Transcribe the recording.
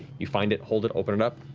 you find it, hold it, open it up.